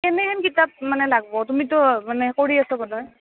কেনেহেন কিতাপ লাগব তুমিটো মানে কৰি আছা বোধ হয়